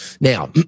Now